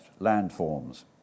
landforms